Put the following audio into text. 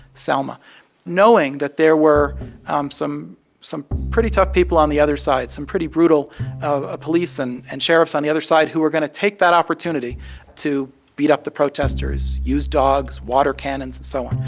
selma knowing that there were um some some pretty tough people on the other side, some pretty brutal ah police and and sheriffs on the other side who were going to take that opportunity to beat up the protesters, use dogs, water cannons and so on.